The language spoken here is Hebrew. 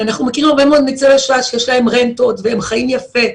אנחנו מכירים הרבה מאוד ניצולי שואה שיש להם רנטות והם חיים יפה,